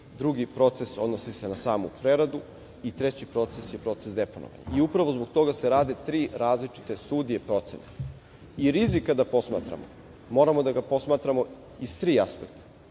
drugi proces odnosi se na samu preradu i treći proces je proces deponovanja. Upravo zbog toga se rade tri različite studije procene.I rizik kada posmatramo, moramo da ga posmatramo iz tri aspekta,